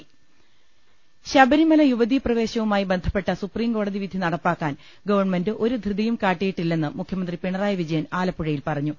് ശബരിമല യുവതീ പ്രവേശവുമായി ബന്ധപ്പെട്ട സുപ്രീം കോടതി വിധി നടപ്പാക്കാൻ ഗവൺമെന്റ് ഒരു ധൃതിയും കാട്ടിയിട്ടില്ലെന്ന് മുഖ്യമന്ത്രി പിണറായി വിജയൻ ആലപ്പുഴയിൽ പറഞ്ഞു